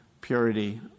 purity